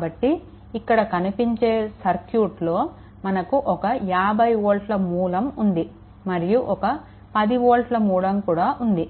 కాబట్టి ఇక్కడ కనిపించే సర్క్యూట్లో మనకు ఒక 50 వోల్ట్ల మూలం ఉంది మరియు ఒక 10 వోల్ట్ మూలం కూడా ఉంది